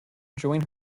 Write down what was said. join